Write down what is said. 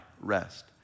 rest